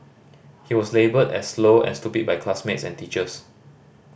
he was labelled as slow and stupid by classmates and teachers